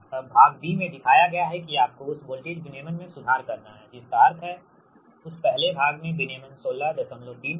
अब भाग में दिखाया गया है कि आपको उस वोल्टेज विनियमन में सुधार करना है जिसका अर्थ है उस पहले भाग में विनियमन 163 था